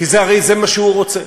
היום,